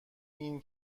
این